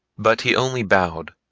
but he only bowed,